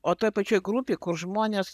o toje pačioj grupėj kur žmonės